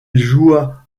joua